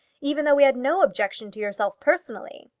even though we had no objection to yourself personally.